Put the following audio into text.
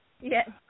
Yes